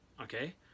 Okay